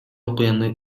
окуяны